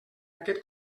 aquest